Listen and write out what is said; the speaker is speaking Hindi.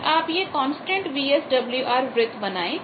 फिर आप यह कांस्टेंट VSWR वृत्त बनाएं